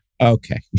Okay